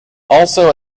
also